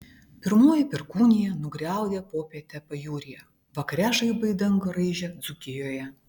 pirmoji perkūnija nugriaudė popietę pajūryje vakare žaibai dangų raižė dzūkijoje